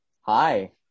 Hi